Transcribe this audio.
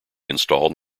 installed